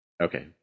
Okay